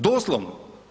Doslovno.